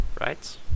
right